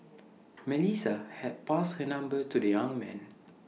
Melissa had passed her number to the young man